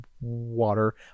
water